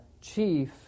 chief